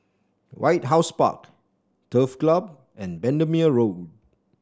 White House Park Turf Club and Bendemeer Road